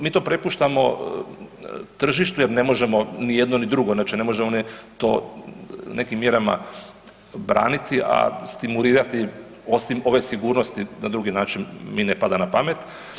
Mi to prepuštamo tržištu jer ne možemo ni jedno ni drugo, znači ne možemo to nekim mjerama braniti, a stimulirati osim ove sigurnosti na drugi način mi ne pada na pamet.